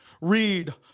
read